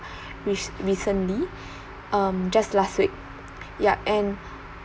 re~ recently um just last week ya and